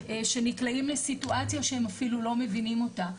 שנקלעים לסיטואציה שהם אפילו לא מבינים אותה.